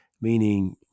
meaning